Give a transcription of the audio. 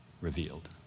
revealed